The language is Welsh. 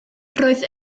roedd